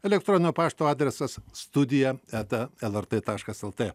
elektroninio pašto adresas studija eta lrt taškas lt